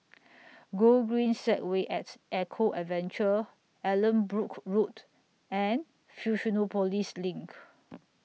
Gogreen Segway At Eco Adventure Allanbrooke Road and Fusionopolis LINK